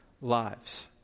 lives